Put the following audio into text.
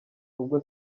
ubwo